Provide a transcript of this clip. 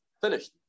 finished